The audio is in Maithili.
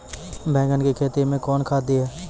बैंगन की खेती मैं कौन खाद दिए?